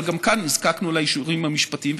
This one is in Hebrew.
אבל גם כאן נזקקנו לאישורים המשפטיים,